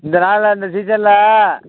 இந்த நாளில் இந்த சீசனில்